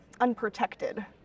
unprotected